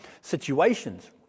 situations